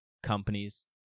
Companies